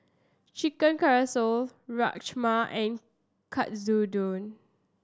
Chicken Casserole Rajma and Katsudon